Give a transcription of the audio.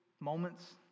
moments